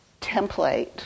template